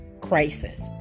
crisis